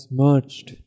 merged